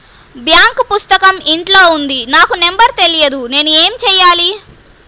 Bank పుస్తకం ఇంట్లో ఉంది నాకు నంబర్ తెలియదు నేను ఏమి చెయ్యాలి?